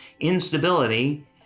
instability